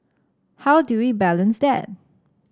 how do we balance that